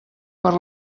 per